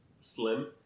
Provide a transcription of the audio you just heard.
slim